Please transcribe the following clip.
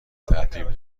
ترتیب